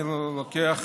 אני לוקח